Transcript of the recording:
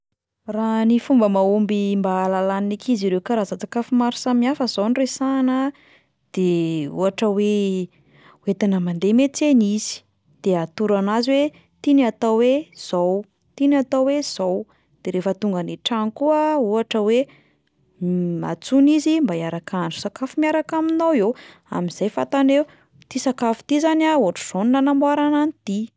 Raha ny fomba mahomby mba ahalalan'ny ankizy ireo karazan-tsakafo maro samihafa zao no resahana de ohatra hoe entina mandeha miantsena izy, de atoro anazy hoe ity no atao hoe 'zao, ity no atao hoe 'zao, de rehefa tonga any an-trano koa ohatra hoe antsoina izy mba hiaraka hahandro sakafo miaraka aminao eo, amin'izay fantany hoe ity sakafo ity zany ohatr'izao no nanamboarana an'ity.